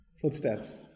Footsteps